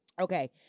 Okay